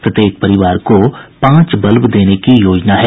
प्रत्येक परिवार को पांच बल्ब देने की योजना है